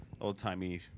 old-timey